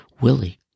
Willie